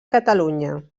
catalunya